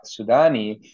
Sudani